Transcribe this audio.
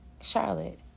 Charlotte